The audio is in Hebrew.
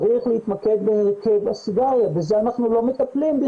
צריך להתמקד בהרכב הסיגריות ובזה אנחנו בכלל לא מטפלים.